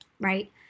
Right